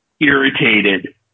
irritated